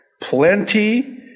plenty